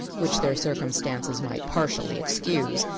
which their circumstances might partially excuse,